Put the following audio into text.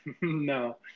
No